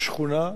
או בשכונה?